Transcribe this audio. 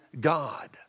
God